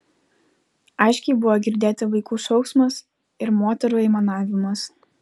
aiškiai buvo girdėti vaikų šauksmas ir moterų aimanavimas